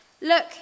Look